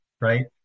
right